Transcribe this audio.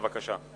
בבקשה.